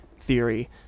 theory